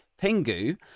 Pingu